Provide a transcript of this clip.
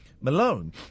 Malone